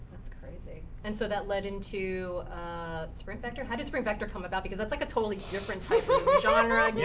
that's crazy. and so that led into sprint vector. how did sprint vector come about, because that's like, a totally different type of but genre, yeah